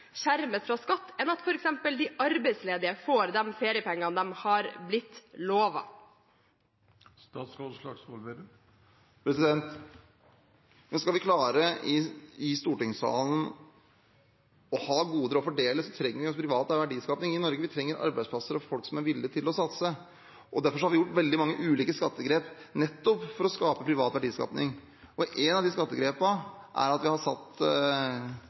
skjermes fra skatt, enn at f.eks. de arbeidsledige får de feriepengene de er blitt lovet? Skal vi i stortingssalen klare å ha goder å fordele, trenger vi privat verdiskaping i Norge. Vi trenger arbeidsplasser og folk som er villige til å satse. Derfor har vi gjort veldig mange ulike skattegrep nettopp for å skape privat verdiskaping. Et av de skattegrepene er at vi har satt